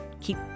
keep